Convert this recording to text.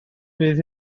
fydd